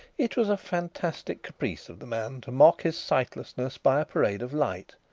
it was a fantastic caprice of the man to mock his sightlessness by a parade of light,